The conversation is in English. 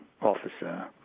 officer